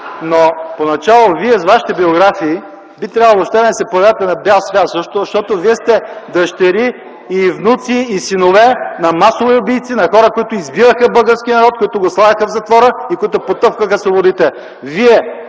Но поначало вие с вашите биографии би трябвало въобще да не се появявате на бял свят, защото вие сте дъщери и внуци, и синове на масови убийци, на хора, които избиваха българския народ, които го слагаха в затвора и които потъпкваха свободите. Вие,